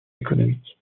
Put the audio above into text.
économique